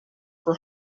for